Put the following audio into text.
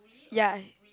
ya